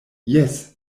jes